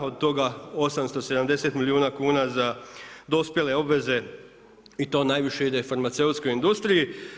Od toga 870 milijuna kuna za dospjele obveze i to najviše ide farmaceutskoj industriji.